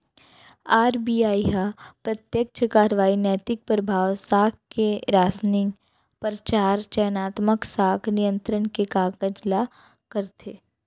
RBI ह प्रत्यक्छ कारवाही, नैतिक परभाव, साख के रासनिंग, परचार, चयनात्मक साख नियंत्रन के कारज ल करथे